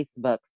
Facebook